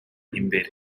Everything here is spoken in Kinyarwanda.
imbere